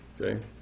Okay